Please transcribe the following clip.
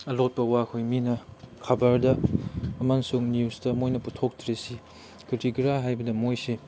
ꯑꯂꯣꯠꯄ ꯋꯥꯈꯩ ꯃꯤꯅ ꯈꯕꯔꯗ ꯑꯃꯁꯨꯡ ꯅ꯭ꯌꯨꯁꯇ ꯃꯣꯏꯅ ꯄꯨꯊꯣꯛꯇ꯭ꯔꯤꯁꯤ ꯀꯔꯤꯒꯤꯅꯣ ꯍꯥꯏꯕꯗ ꯃꯣꯏꯁꯤ